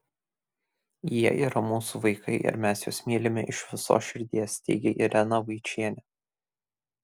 jie yra mūsų vaikai ir mes juos mylime iš visos širdies teigia irena vaičienė